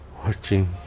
Watching